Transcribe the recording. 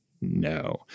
No